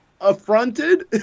affronted